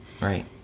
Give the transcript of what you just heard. Right